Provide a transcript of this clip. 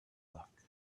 luck